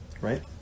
right